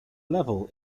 level